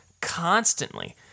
constantly